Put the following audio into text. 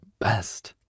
best